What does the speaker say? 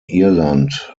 irland